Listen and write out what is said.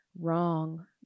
wrong